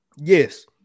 Yes